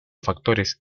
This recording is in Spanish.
factores